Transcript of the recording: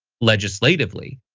legislatively.